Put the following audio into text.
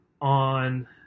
on